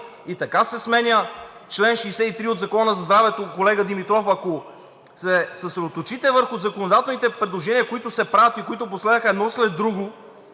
и така се сменя чл. 63 от Закона за здравето. Колега Димитров, ако се съсредоточите върху законодателните предложения, които се правят и които последваха едно след друго,